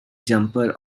jumper